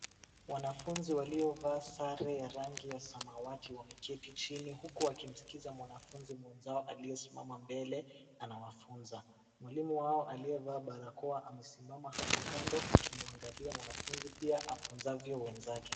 Wanafunzi waliovaa sare ya rangi ya samawati wameketi chini huku wakimskiza mwanafunzi mwenzao aliyesimama mbele anawafunza. Mwalimu wao aliyevaa barakoa amesimama hapo kando akimwangalia mwanafunzi pia afunzavyo wenzake.